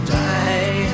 die